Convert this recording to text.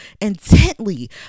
intently